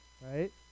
right